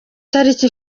tariki